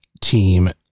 team